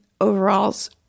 overalls